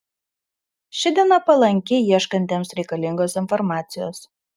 ši diena palanki ieškantiems reikalingos informacijos